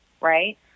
right